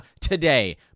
today